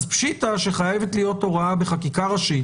אז פשיטה שחייבת להיות הוראה בחקיקה ראשית